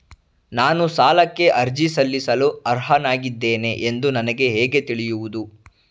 ನಾನು ಸಾಲಕ್ಕೆ ಅರ್ಜಿ ಸಲ್ಲಿಸಲು ಅರ್ಹನಾಗಿದ್ದೇನೆ ಎಂದು ನನಗೆ ಹೇಗೆ ತಿಳಿಯುವುದು?